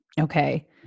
Okay